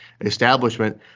establishment